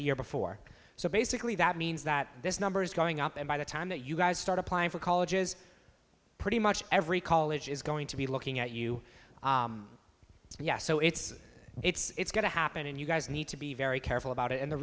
the year before so basically that means that this number is going up and by the time that you guys start applying for colleges pretty much every college is going to be looking at you yes so it's it's going to happen and you guys need to be very careful about it and the